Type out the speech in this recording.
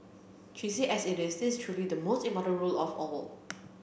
cheesy as it is this is truly the most important rule of all